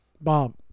Bob